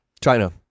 China